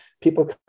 people